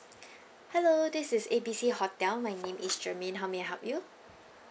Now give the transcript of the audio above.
hello this is A B C hotel my name is germaine how may I help you